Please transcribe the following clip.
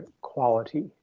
quality